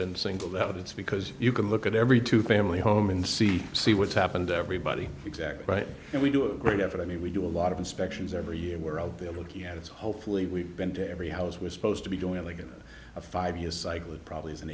been singled out it's because you can look at every two family home and see see what's happened everybody exactly right and we do a great effort i mean we do a lot of inspections every year we're out there looking at it's hopefully we've been to every house was supposed to be going to get a five year cycle it probably is an